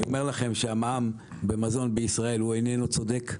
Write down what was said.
אני אומר לכם שהמע"מ במזון בישראל הוא איננו צודק.